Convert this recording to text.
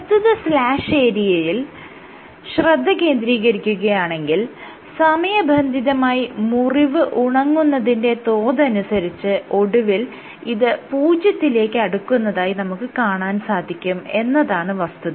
പ്രസ്തുത സ്ലാഷ് ഏരിയയിൽ ശ്രദ്ധ കേന്ദ്രീകരിക്കുകയാണെങ്കിൽ സമയബന്ധിതമായി മുറിവ് ഉണങ്ങുന്നതിന്റെ തോതനുസരിച്ച് ഒടുവിൽ ഇത് പൂജ്യത്തിലേക്കടുക്കുന്നതായി നമുക്ക് കാണാൻ സാധിക്കും എന്നതാണ് വസ്തുത